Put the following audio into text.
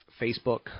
Facebook